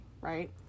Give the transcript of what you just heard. right